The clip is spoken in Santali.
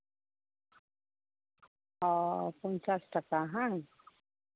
ᱚᱻ ᱯᱚᱧᱪᱟᱥ ᱴᱟᱠᱟ ᱦᱮᱸᱵᱟᱝ